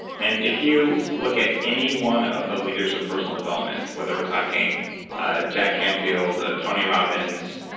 and if you look at any one of the leaders in personal development, whether we're talking jack canfield, tony robbins,